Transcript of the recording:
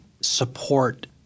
support